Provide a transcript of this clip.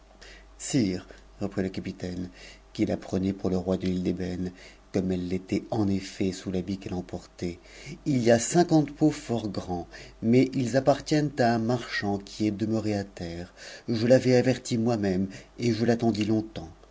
sit'e reprit le capitaine qui la prenait pour le roi de l'île d'ebëne m u e elle l'était en effet sous habit qu'elle en portait il y en a cinquante pots fort grands mais ils appartiennent à un marchand qui est de ë à terre je l'avais averti moi-même et je l'attendis longtemps